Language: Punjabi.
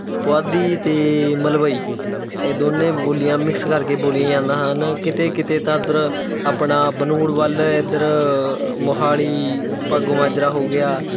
ਪੁਆਧੀ ਅਤੇ ਮਲਵਈ ਇਹ ਦੋਨੇ ਬੋਲੀਆਂ ਮਿਕਸ ਕਰਕੇ ਬੋਲੀਆਂ ਜਾਂਦਾ ਹਨ ਕਿਤੇ ਕਿਤੇ ਤਾਂ ਇੱਧਰ ਆਪਣਾ ਬਨੂੜ ਵੱਲ ਇੱਧਰ ਮੋਹਾਲੀ ਭਾਗੋ ਮਾਜਰਾ ਹੋ ਗਿਆ